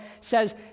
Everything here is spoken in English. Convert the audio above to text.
says